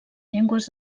llengües